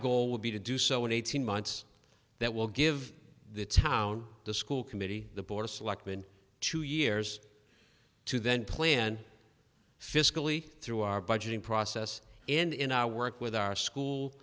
goal will be to do so in eighteen months that will give the town the school committee the board of selectmen two years to then plan fiscally through our budgeting process and in our work with our school